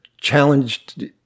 challenged –